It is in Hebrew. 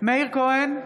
מאיר כהן,